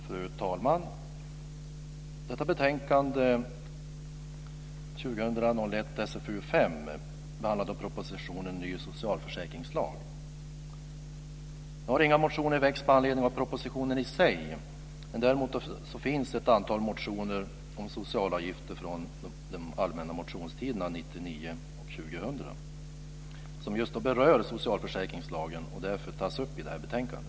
Fru talman! Detta betänkande - 2000/01:SfU5 - behandlar propositionen Ny socialavgiftslag. Inga motioner har väckts med anledning av propositionen i sig, men det finns däremot ett antal motioner om socialavgifter från de allmänna motionstiderna 1999 och 2000 som just berör socialförsäkringslagen och därför tas upp i detta betänkande.